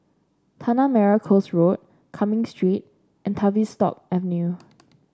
Tanah Merah Coast Road Cumming Street and Tavistock Avenue